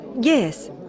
Yes